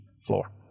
floor